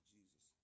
Jesus